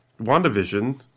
WandaVision